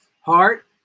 heart